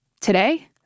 Today